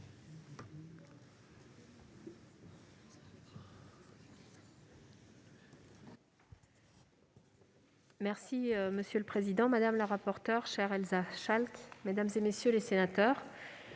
Monsieur le président, madame la rapporteure, chère Elsa Schalck, mesdames, messieurs les sénateurs,